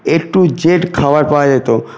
A to Z খাবার পাওয়া যেতো